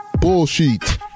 Bullshit